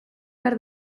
behar